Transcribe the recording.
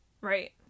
Right